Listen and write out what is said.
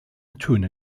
töne